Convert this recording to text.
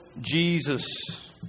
Jesus